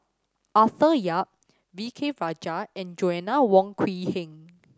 Arthur Yap V K Rajah and Joanna Wong Quee Heng